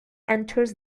enters